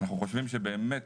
אנחנו חושבים שבאמת,